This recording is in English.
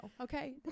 Okay